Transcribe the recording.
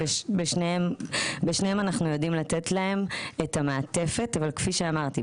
בשניהם אנחנו יודעים לתת להם את המעטפת אבל כפי שאמרתי,